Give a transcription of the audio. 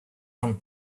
from